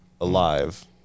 alive